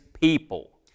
people